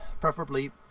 preferably